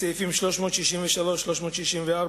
בסעיפים 363 364,